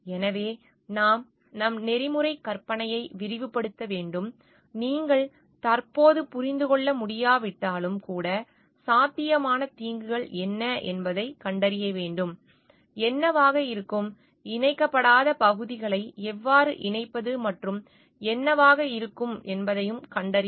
எனவே நாம் நம் நெறிமுறை கற்பனையை விரிவுபடுத்த வேண்டும் நீங்கள் தற்போது புரிந்து கொள்ள முடியாவிட்டாலும் கூட சாத்தியமான தீங்குகள் என்ன என்பதைக் கண்டறிய வேண்டும் என்னவாக இருக்கும் இணைக்கப்படாத பகுதிகளை எவ்வாறு இணைப்பது மற்றும் என்னவாக இருக்கும் என்பதைக் கண்டறியவும்